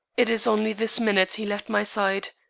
it is only this minute he left my side.